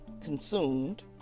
consumed